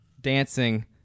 dancing